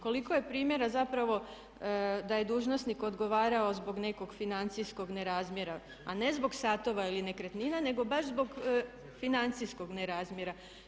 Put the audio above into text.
Koliko je primjera zapravo da je dužnosnik odgovarao zbog nekog financijskog nerazmjera a ne zbog satova ili nekretnina nego baš zbog financijskog nerazmjera?